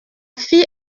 fille